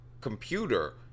computer